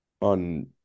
on